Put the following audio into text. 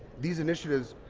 these initiatives,